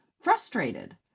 frustrated